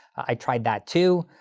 i tried that too.